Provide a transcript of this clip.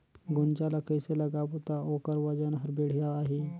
गुनजा ला कइसे लगाबो ता ओकर वजन हर बेडिया आही?